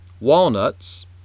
walnuts